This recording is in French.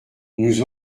nous